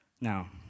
Now